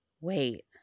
wait